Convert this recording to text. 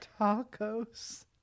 Tacos